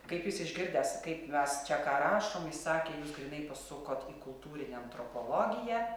kaip jis išgirdęs kaip mes čia ką rašom jis sakė jūs grynai pasukot į kultūrinę antropologiją